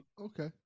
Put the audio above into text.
Okay